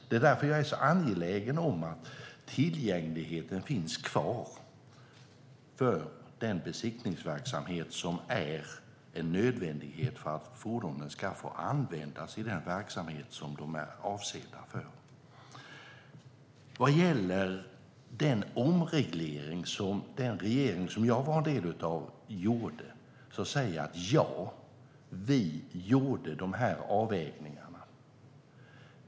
Det är därför jag är så angelägen om att tillgängligheten finns kvar för den besiktningsverksamhet som är en nödvändighet för att fordonen ska få användas i den verksamhet som de är avsedda för. Vad gäller den omreglering som den regering som jag var en del av gjorde vill jag säga: Ja, vi gjorde dessa avvägningar.